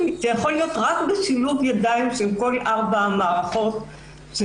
זה יכול להיות רק בשילוב ידיים של כל ארבע המערכות שהזכרתי,